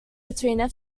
between